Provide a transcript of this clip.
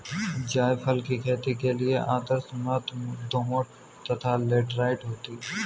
जायफल की खेती के लिए आदर्श मृदा दोमट तथा लैटेराइट होती है